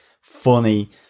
funny